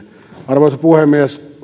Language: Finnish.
arvoisa puhemies